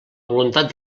voluntat